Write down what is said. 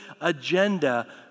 agenda